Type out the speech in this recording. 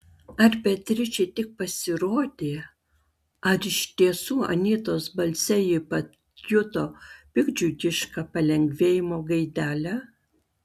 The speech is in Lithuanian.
ar beatričei tik pasirodė ar iš tiesų anytos balse ji pajuto piktdžiugišką palengvėjimo gaidelę